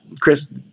chris